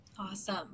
Awesome